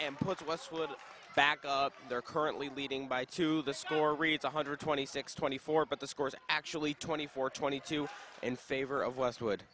and puts westwood back up there currently leading by to the score reads one hundred twenty six twenty four but the scores are actually twenty four twenty two in favor of westwood